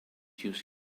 use